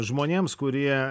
žmonėms kurie